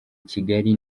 kigali